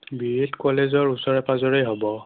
B Ed কলেজৰ ওচৰে পাজৰেই হ'ব